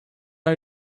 are